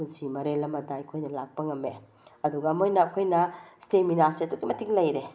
ꯄꯨꯟꯁꯤ ꯃꯔꯦꯜ ꯑꯃꯗ ꯑꯩꯈꯣꯏꯗ ꯂꯥꯛꯄ ꯉꯝꯃꯦ ꯑꯗꯨꯒ ꯃꯣꯏꯅ ꯑꯩꯈꯣꯏꯅ ꯏꯁꯇꯦꯃꯤꯅꯥꯁꯦ ꯑꯗꯨꯛꯀꯤ ꯃꯇꯤꯛ ꯂꯩꯔꯦ